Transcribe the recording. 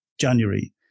January